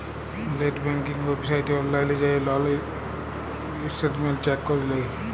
late banking ওয়েবসাইটে অললাইল যাঁয়ে লল ইসট্যাটমেল্ট চ্যাক ক্যরে লেই